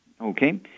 Okay